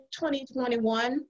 2021